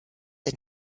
the